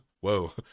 Whoa